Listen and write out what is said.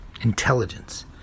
intelligence